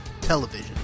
television